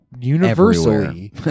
Universally